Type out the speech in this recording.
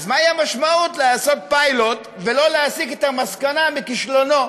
אז מה המשמעות לעשות פיילוט ולא להסיק את המסקנה מכישלונו?